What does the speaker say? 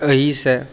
अहि सँ